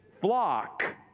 flock